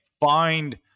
find